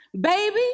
baby